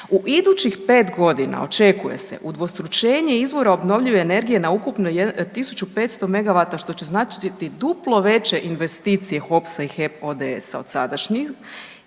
U idućih 5.g. očekuje se udvostručenje izvora obnovljive energije na ukupno 1500 megavata što će značiti duplo veće investicije HOPS-a i HEP ODS-a od sadašnjih,